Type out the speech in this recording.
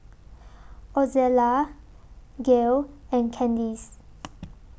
Ozella Gail and Candis